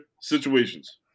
situations